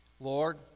Lord